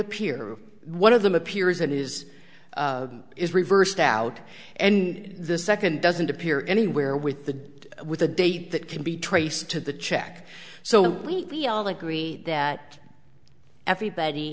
appear one of them appears and is is reversed out and the second doesn't appear anywhere with the with a date that can be traced to the check so we all agree that everybody